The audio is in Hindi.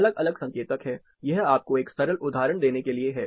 अलग अलग संकेतक हैं यह आपको एक सरल उदाहरण देने के लिए है